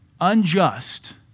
unjust